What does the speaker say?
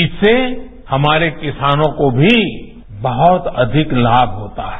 इससे हमारे किसानों को भी बहुत अधिक लाभ होता है